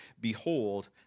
Behold